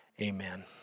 Amen